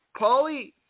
Pauly